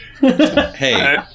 Hey